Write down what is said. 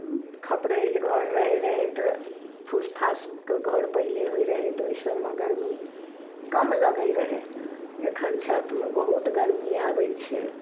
खपरैल घर रहय रहय तऽ फूस फासके घर पहिले होइ रहय तऽ ओइ सबमे गरमी कम लगय रहय एखन छतमे बहुत गरमी आबय छै